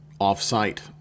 off-site